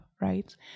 right